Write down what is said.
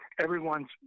everyone's